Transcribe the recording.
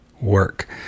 work